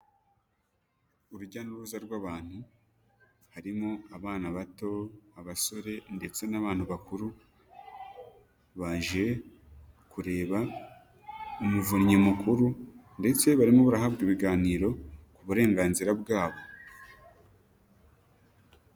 Urujya n'uruza rw'abantu, harimo: abana bato, abasore ndetse n'abantu bakuru, baje kureba umuvunnyi mukuru ndetse barimo barahabwa ibiganiro ku burenganzira bwabo.